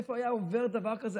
איפה היה עובר דבר כזה?